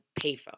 payphone